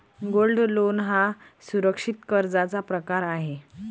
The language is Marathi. गोल्ड लोन हा सुरक्षित कर्जाचा प्रकार आहे